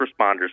responders